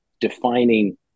defining